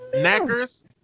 Knackers